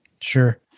Sure